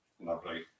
Lovely